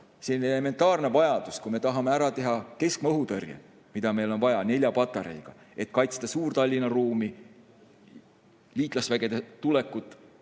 see on elementaarne vajadus, kui me tahame ära teha keskmaa-õhutõrje, mida meil on vaja, nelja patareiga, et kaitsta Suur-Tallinna ruumi, liitlasvägede tulekut